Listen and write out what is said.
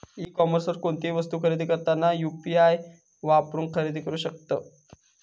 E कॉमर्सवर कोणतीही वस्तू खरेदी करताना यू.पी.आई वापरून खरेदी करू शकतत